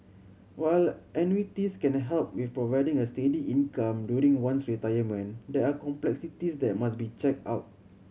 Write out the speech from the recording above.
while annuities can help with providing a steady income during one's retirement there are complexities that must be checked